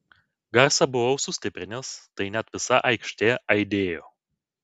garsą buvau sustiprinęs tai net visa aikštė aidėjo